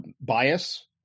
bias